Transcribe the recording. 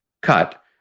cut